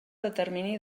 determini